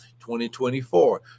2024